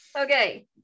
Okay